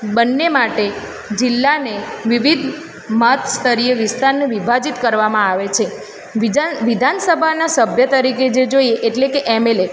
બંને માટે જિલ્લાને વિવિધ મત સ્તરીય વિસ્તારને વિભાજીત કરવામાં આવે છે વિજાન વિધાનસભાના સભ્ય તરીકે જે જોઈએ એટલે કે ઍમ ઍલ એ